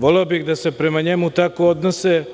Voleo bih da se prema njemu tako odnose